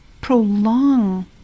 prolong